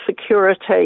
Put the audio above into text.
security